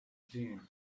dune